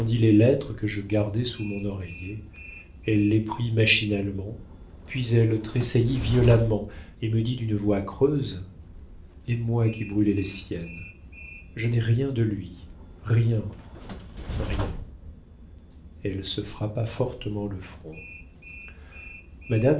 les lettres que je gardais sous mon oreiller elle les prit machinalement puis elle tressaillit violemment et me dit d'une voix creuse et moi qui brûlais les siennes je n'ai rien de lui rien rien elle se frappa fortement au front madame